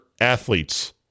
athletes